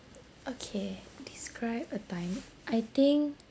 okay describe a time I think